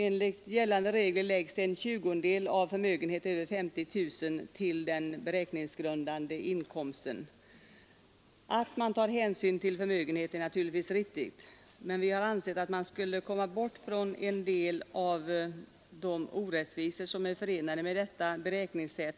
Enligt gällande regler läggs vid inkomstberäkningen till inkomsten 20 procent av den taxerade förmögenhet som överstiger 50 000 kronor. Att man tar hänsyn till förmögenheten är naturligtvis riktigt. Vi har dock ansett att man skulle kunna komma bort från en del av de orättvisor som är förenade med detta beräkningssätt,